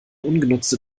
ungenutzte